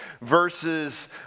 verses